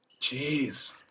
Jeez